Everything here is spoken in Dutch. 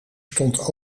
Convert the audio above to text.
stond